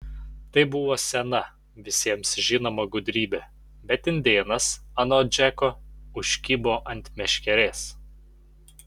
tai buvo sena visiems žinoma gudrybė bet indėnas anot džeko užkibo ant meškerės